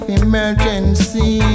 emergency